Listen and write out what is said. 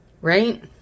right